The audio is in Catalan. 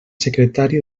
secretari